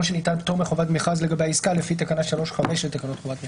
שניתן פטור מחובת מכרז לגבי העסקה לפי תקנה 3(5) לתקנות חובת המכרזים.